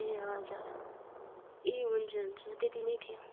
ए हजुर ए हुन्छ हुन्छ त्यति नै थियो